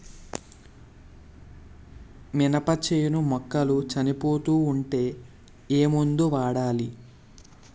మినప చేను మొక్కలు చనిపోతూ ఉంటే ఏమందు వాడాలి?